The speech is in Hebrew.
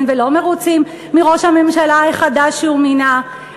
ולא מרוצים מראש הממשלה החדש שהוא מינה,